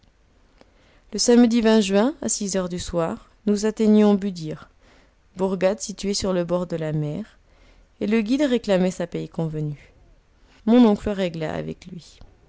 le samedi juin à six heures du soir nous atteignions büdir bourgade située sur le bord de la mer et le guide réclamait sa paye convenue mon oncle régla avec lui